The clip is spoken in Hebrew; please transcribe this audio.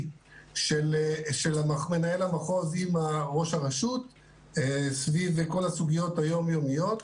של מנהל המחוז עם ראש הרשות המקומית סביב כל הסוגיות היום-יומיות,